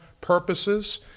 purposes